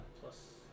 plus